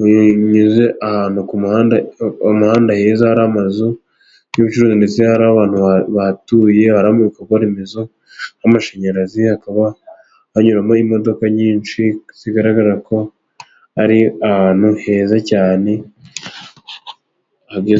unyuze kaburimbo ahantu kumuhanda, umuhanda heza hari amazu y'ubucuruzi ndetse hari abantu bahatuye, haramo ibikorwa remezo nk'amashanyarazi hakaba hanyuramo imodoka nyinshi zigaragara ko ari ahantu heza cyane.